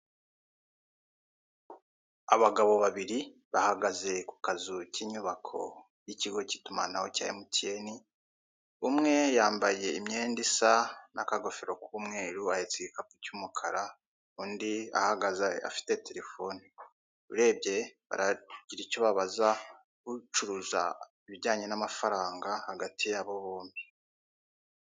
Abagabo babiri bahagaze ku kazu k'inyubako y'ikigo cy'itumanaho cya MTN umwe yambaye imyenda isa n'akagofero k'umweru ahetse igikapu cy'umukara undi ahagaze afite terefone urebye baragira icyo babaza ucuruza ibijyanye n'amafaranga hagati yabo bombi.